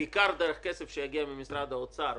בעיקר דרך כסף שיגיע ממשרד האוצר,